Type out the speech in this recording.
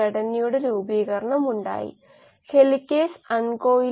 CD സാന്ദ്രതകളുടെ അളവുകൾ നമ്മൾ വളരെ അടുത്തുള്ള സമയങ്ങളിൽ എടുക്കുന്നു നമ്മൾക്ക് ഈ ഗാഢതകളുണ്ട്